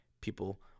People